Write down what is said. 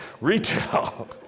retail